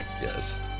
Yes